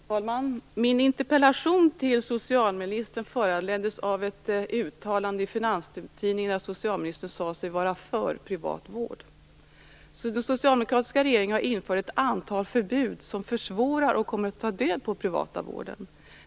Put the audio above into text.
Herr talman! Min interpellation till socialministern föranleddes av ett uttalande i Finanstidningen där socialministern sade sig vara för privat vård. Den socialdemokratiska regeringen har infört ett antal förbud som försvårar och kommer att ta död på den privata vården.